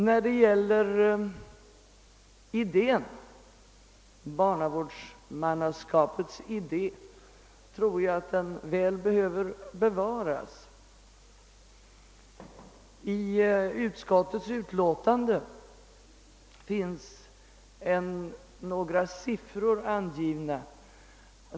När det gäller idén, barnavårdsmannaskapets idé, tror jag att institutionen bör bibehållas. I utskottets utlåtande återges några siffror.